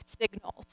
signals